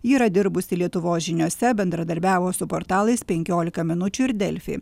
ji yra dirbusi lietuvos žiniose bendradarbiavo su portalais penkiolika minučių ir delfi